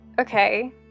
Okay